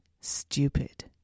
stupid